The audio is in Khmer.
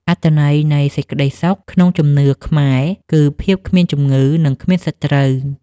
អត្ថន័យនៃ សេចក្ដីសុខ ក្នុងជំនឿខ្មែរ គឺភាពគ្មានជំងឺ និងគ្មានសត្រូវ។